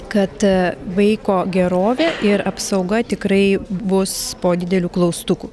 kad vaiko gerovė ir apsauga tikrai bus po dideliu klaustuku